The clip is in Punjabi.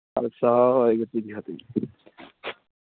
ਖਾਲਸਾ ਵਾਹਿਗੁਰੂ ਜੀ ਕੀ ਫਤਿਹ ਜੀ